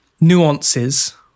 nuances